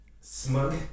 Smug